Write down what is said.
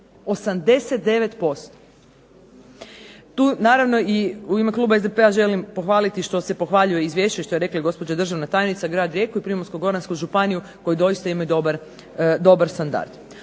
Tu naravno i u ime kluba SDP-a želim pohvaliti što se pohvaljuje izvješće i što je rekla i gospođa državna tajnica Grad Rijeku i Primorsko-goransku županiju koji doista imaju dobar standard.